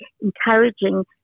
encouraging